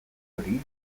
hori